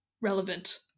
relevant